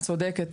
את צודקת,